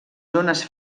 zones